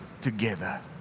together